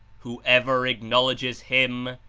whoever acknowledges him,